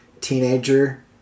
teenager